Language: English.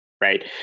right